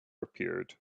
appeared